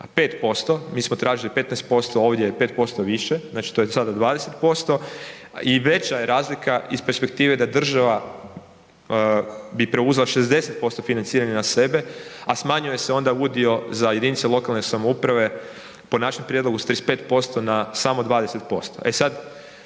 5%, mi smo tražili 15%, ovdje je 5% više, znači to je sada 20% i veća je razlika iz perspektive da država bi preuzela 60% financiranja na sebe, a smanjuje se onda udio za jedinice lokalne samouprave po našem prijedlogu s 35% na samo 20%. E sad,